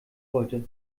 wollte